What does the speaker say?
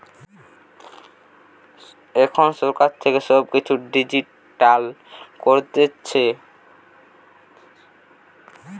এখন সরকার থেকে সব কিছু ডিজিটাল করছে